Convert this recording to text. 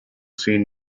seen